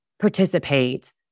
participate